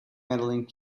medaling